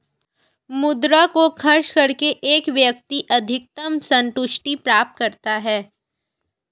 मुद्रा को खर्च करके एक व्यक्ति अधिकतम सन्तुष्टि प्राप्त करता है